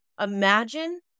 imagine